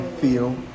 feel